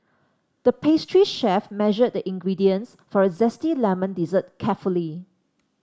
the pastry chef measured the ingredients for a zesty lemon dessert carefully